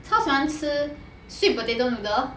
超喜欢吃 sweet potato noodles